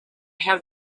have